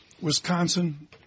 Wisconsin